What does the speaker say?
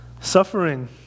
suffering